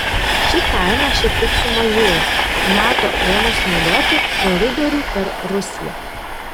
ši kaina šiek tiek sumažėjo nato ėmus naudoti koridorių per rusiją